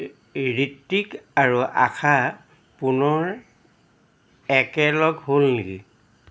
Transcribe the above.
ঋত্বিক আৰু আশা পুনৰ একেলগ হ'ল নেকি